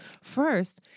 First